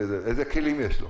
איזה כלים יש לו?